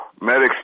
medics